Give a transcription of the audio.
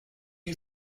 you